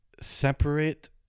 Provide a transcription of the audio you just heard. separate